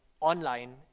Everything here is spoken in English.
online